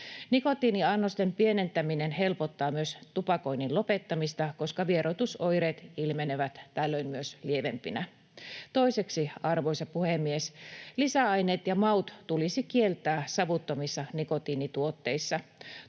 Nikotiiniannosten pienentäminen helpottaa myös tupakoinnin lopettamista, koska vieroitusoireet ilmenevät tällöin myös lievempinä. Toiseksi, arvoisa puhemies, lisäaineet ja maut tulisi kieltää savuttomissa nikotiinituotteissa.